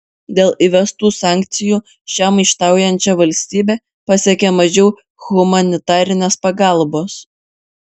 dėl įvestų sankcijų šią maištaujančią valstybę pasiekia mažiau humanitarinės pagalbos